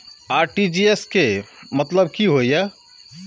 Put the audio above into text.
RTGS के मतलब की होय ये?